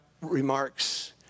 remarks